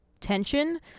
tension